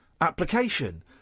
application